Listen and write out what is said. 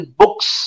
books